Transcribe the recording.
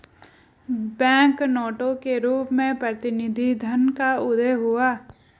bank नोटों के रूप में प्रतिनिधि धन का उदय हुआ